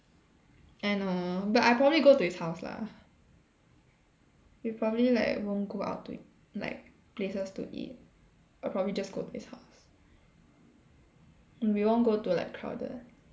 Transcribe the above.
ya I know but I'll probably go to his house lah we probably like won't go out to like places to eat I'll probably just go his house we won't go to like crowded